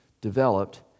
developed